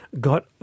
got